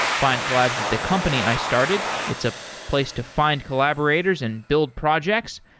findcollabs is the company i started. it's a place to find collaborators and build projects.